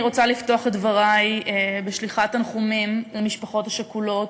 אני רוצה לפתוח את דברי בשליחת תנחומים למשפחות השכולות,